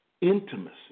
intimacy